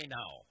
now